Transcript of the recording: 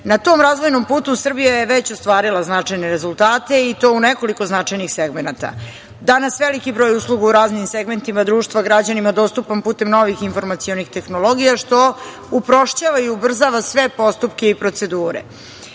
Na tom razvojnom putu Srbija je već ostvarila značajne rezultate i to u nekoliko značajnih segmenata. Danas je veliki broj usluga u raznim segmentima društva građanima dostupan putem novih informacionih tehnologija što uprošćava i ubrzava sve postupke i procedure. Ja